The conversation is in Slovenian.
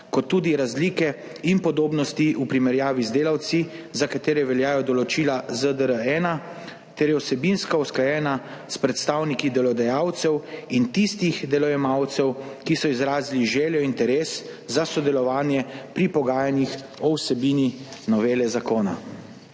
kot tudi razlike in podobnosti v primerjavi z delavci, za katere veljajo določila Zdr-1 ter je vsebinsko usklajena s predstavniki delodajalcev in tistih delojemalcev, ki so izrazili željo, interes za sodelovanje pri pogajanjih o vsebini novele zakona.